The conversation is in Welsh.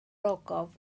ogof